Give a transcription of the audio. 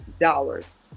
dollars